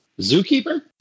Zookeeper